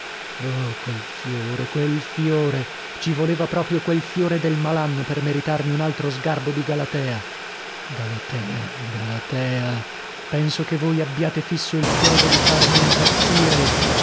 oh quel fiore quel fiore ci voleva proprio quel fiore del malanno per meritarmi un altro sgarbo di galatea galatea galatea penso che voi abbiate fisso il chiodo di farmi impazzire